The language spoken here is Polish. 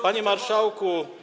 Panie Marszałku!